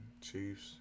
Chiefs